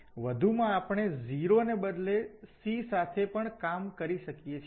તેથી વધુમા આપણે 0 ને બદલે c સાથે પણ કામ કરી શકીએ છીએ